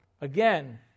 Again